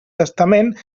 testament